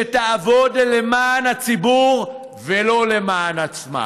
שתעבוד למען הציבור, ולא למען עצמה.